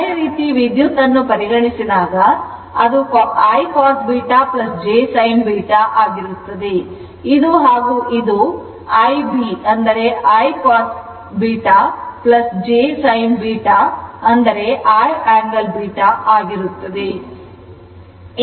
ಅದೇ ರೀತಿ ವಿದ್ಯುತ್ ಅನ್ನು ಪರಿಗಣಿಸಿದಾಗ ಅದು I cos β j sin β ಆಗಿರುತ್ತದೆ